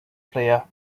player